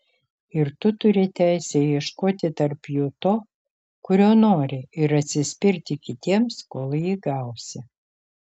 ir tu turi teisę ieškoti tarp jų to kurio nori ir atsispirti kitiems kol jį gausi